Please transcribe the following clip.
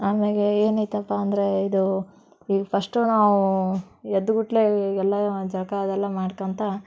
ಆಮ್ಯಾಲೆ ಏನು ಐತಪ್ಪ ಅಂದರೆ ಇದು ಈ ಪಷ್ಟು ನಾವು ಎದ್ದ ಕೂಡ್ಲೆ ಎಲ್ಲ ಜಳಕ ಅವೆಲ್ಲ ಮಾಡ್ಕೊಂತ